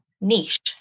niche